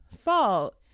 fall